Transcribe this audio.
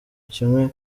kimwe